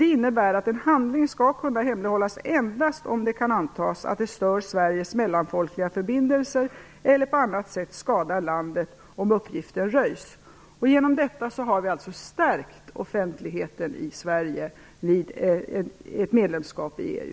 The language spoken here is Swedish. Det innebär att en handling skall kunna hemlighållas endast om det kan antas att den stör Sveriges mellanfolkliga förbindelser eller på annat sätt skadar landet om uppgiften röjes. Med hjälp av detta har offentligheten stärkts i Sverige vid ett medlemskap i EU.